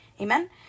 Amen